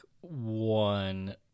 one